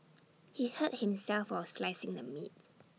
he hurt himself while slicing the meat